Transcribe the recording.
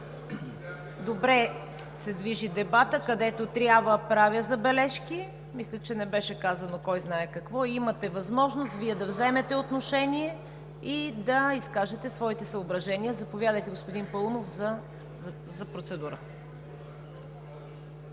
добре се движи дебатът, където трябва да правя забележки. Мисля, че не беше казано кой знае какво и Вие имате възможност да вземете отношение, и да изкажете своите съображения. Заповядайте, господин Паунов, за процедура.